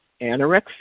Anorexia